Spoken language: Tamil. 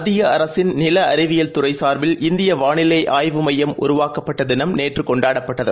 மத்திய அரசின் நில அறிவியல் துறை சாா்பில் இந்திய வாளிலை ஆய்வு அமையம் உருவாக்கப்பட்ட தினம் நேற்று கொண்டாடப்பட்டது